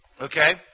Okay